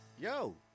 yo